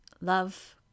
love